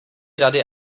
rady